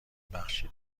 بخشی